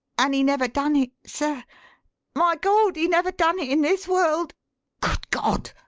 and he never done it, sir my gawd! he never done it in this world! good god!